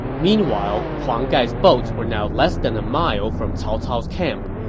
meanwhile, huang gai's boats were now less than a mile from cao cao's camp.